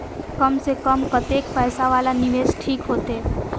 कम से कम कतेक पैसा वाला निवेश ठीक होते?